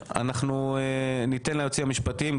ניתן ליועצים המשפטיים,